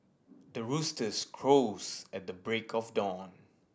the roosters crows at the break of dawn